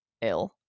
ill